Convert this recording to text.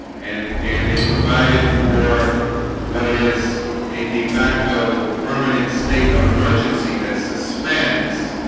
and and it provided for what is a de facto? permanent state of emergency that suspends